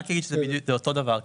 רק נגיד שזה אותו דבר כאילו,